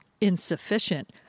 insufficient